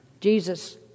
Jesus